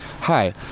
hi